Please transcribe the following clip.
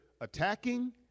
attacking